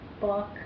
book